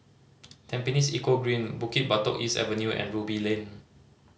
Tampines Eco Green Bukit Batok East Avenue and Ruby Lane